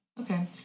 Okay